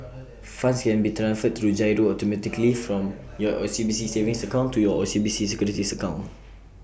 funds can be transferred through GIRO automatically from your OCBC savings account to your OCBC securities account